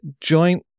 joint